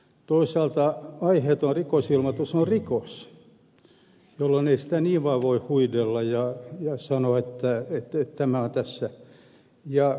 toisaalta aiheeton rikosilmoitus on rikos jolloin ei sitä niin vain voi huidella ja sanoa että tämä on rikos